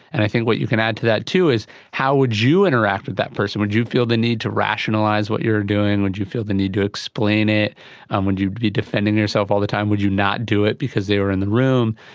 and i think what you can add to that too is how would you interact with that person? would you feel the need to rationalise what you were doing, would you feel the need to explain it and would you be defending yourself all the time, would you not do it because they were in the room?